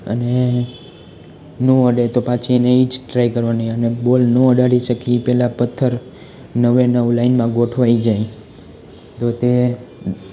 અને નો અડે તો પાછી એને ઈ જ ટ્રાય કરવાની અને બોલ નો અડાડી શકે એ પહેલા પથ્થર નવે નવ લાઈનમાં ગોઠવાઈ જાય તો તે